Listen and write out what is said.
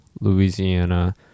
Louisiana